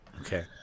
Okay